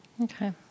Okay